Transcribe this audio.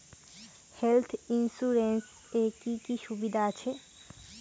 Health insurance এ কি কি সুবিধা আছে?